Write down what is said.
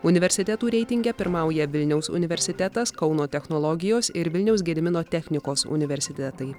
universitetų reitinge pirmauja vilniaus universitetas kauno technologijos ir vilniaus gedimino technikos universitetai